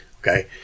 Okay